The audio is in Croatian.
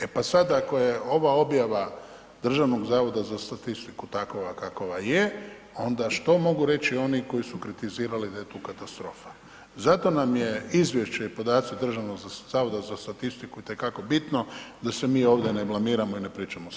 E pa sad ako je ova objava Državnog zavoda za statistiku takva kakva je, onda što mogu reći oni koji su kritizirali da je tu katastrofa, zato nam je izvješće i podaci Državnog zavoda za statistiku itekako bitno da se mi ovdje ne blamiramo i ne pričamo svašta.